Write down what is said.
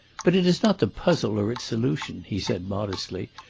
but it is not the puzzle or its solution, he said modestly,